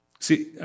See